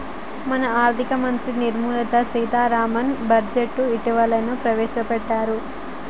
మన ఆర్థిక మంత్రి నిర్మల సీతారామన్ బడ్జెట్ను ఇటీవలనే ప్రవేశపెట్టారు